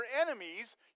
enemies